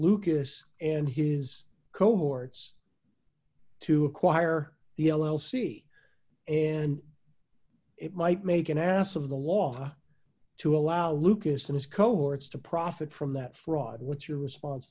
lucas and his cohorts to acquire the l l c and it might make an ass of the law to allow lucas and his cohorts to profit from that fraud what's your response